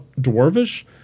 Dwarvish